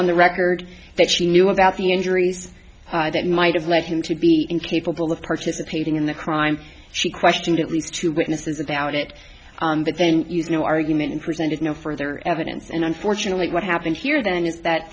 on the record that she knew about the injuries that might have led him to be incapable of participating in the crime she questioned it really two witnesses about it again use no argument and presented no further evidence and unfortunately what happened here then is that